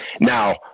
now